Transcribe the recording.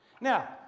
Now